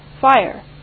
fire